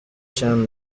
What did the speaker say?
chan